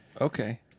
Okay